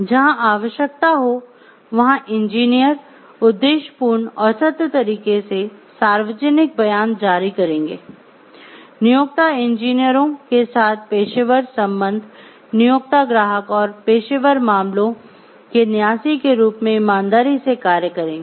जहां आवश्यकता हो वहाँ इंजीनियर उद्देश्यपूर्ण और सत्य तरीके से सार्वजनिक बयान जारी करेंगे नियोक्ता इंजीनियरों के साथ पेशेवर संबंध नियोक्ता ग्राहक और पेशेवर मामलों के न्यासी के रूप में ईमानदारी से कार्य करेंगे